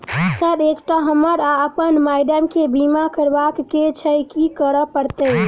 Sir एकटा हमरा आ अप्पन माइडम केँ बीमा करबाक केँ छैय की करऽ परतै?